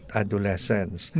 adolescence